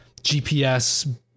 GPS